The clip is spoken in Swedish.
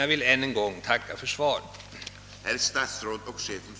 Jag vill än en gång tacka för svaret.